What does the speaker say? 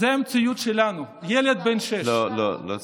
זו המציאות שלנו: ילד בן שש, לא, לא צריך.